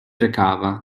recava